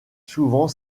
souvent